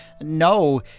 no